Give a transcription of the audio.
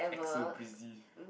act so busy